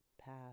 path